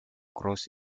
cross